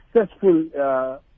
successful